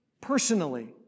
personally